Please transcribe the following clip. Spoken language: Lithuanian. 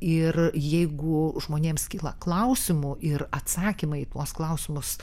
ir jeigu žmonėms kyla klausimų ir atsakymai į tuos klausimus